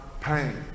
pain